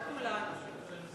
לא כולנו.